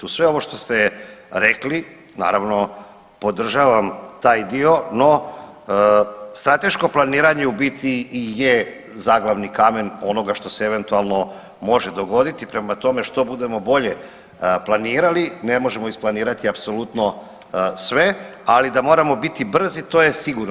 Uz sve ovo što ste rekli naravno podržavam taj dio, no strateško planiranje u biti i je zaglavni kamen onoga što se eventualno može dogoditi, prema tome, što budemo bolje planirali ne možemo isplanirati apsolutno sve, ali da moramo biti brzi to je sigurno.